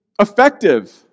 Effective